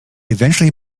eventually